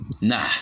nah